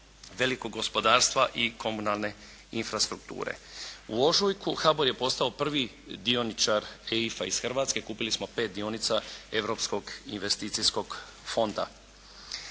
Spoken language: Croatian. velikog gospodarstva i komunalne infrastrukture. U ožujku HBOR je postao prvi dioničar EIF-a iz Hrvatske, kupili smo pet dionica Europskog investicijskog fonda.